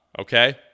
okay